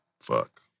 Fuck